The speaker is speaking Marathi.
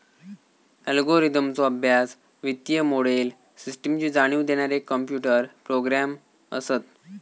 अल्गोरिदमचो अभ्यास, वित्तीय मोडेल, सिस्टमची जाणीव देणारे कॉम्प्युटर प्रोग्रॅम असत